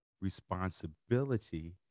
responsibility